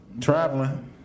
Traveling